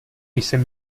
jsem